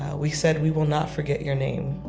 ah we said, we will not forget your name,